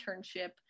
internship